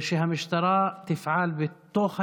ושהמשטרה תפעל בתוך היישובים,